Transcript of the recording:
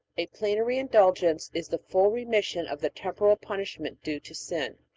a plenary indulgence is the full remission of the temporal punishment due to sin.